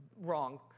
wrong